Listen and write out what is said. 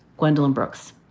gwendolyn brooks.